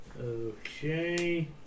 Okay